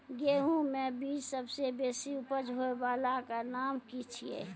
गेहूँमक बीज सबसे बेसी उपज होय वालाक नाम की छियै?